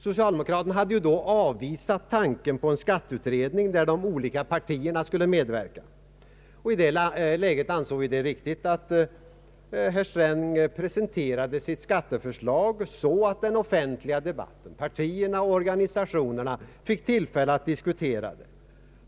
Socialdemokraterna hade avvisat tanken på en skatteutredning, där de olika partierna skulle medverka. I det läget ansåg vi Statsverkspropositionen m.m. det riktigt att herr Sträng presenterade sitt skatteförslag så att den offentliga debatten, partierna och organisationerna, fick tillfälle att diskutera det.